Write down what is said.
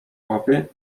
łapy